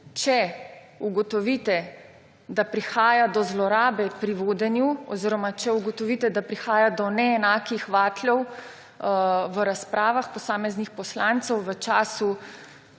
če ugotovite, da prihaja do zlorabe pri vodenju, oziroma če ugotovite, da prihaja do neenakih vatlov pri razpravah posameznih poslancev v času,